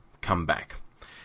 comeback